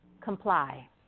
comply